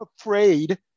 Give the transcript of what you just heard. afraid